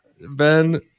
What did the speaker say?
Ben